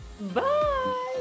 Bye